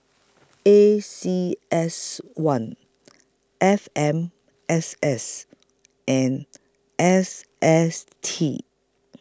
A C S one F M S S and S S T